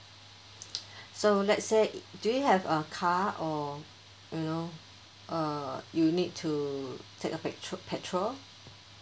so let‘s say do you have a car or you know uh you need to take a petrol petrol